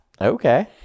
Okay